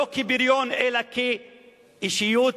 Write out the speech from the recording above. לא כבריון אלא כאישיות